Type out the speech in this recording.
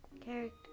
character